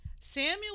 Samuel